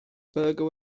burger